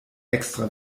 extra